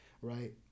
right